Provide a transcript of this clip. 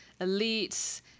elites